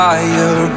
Fire